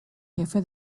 jefe